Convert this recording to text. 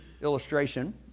illustration